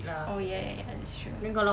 oh ya ya ya that's true